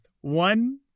one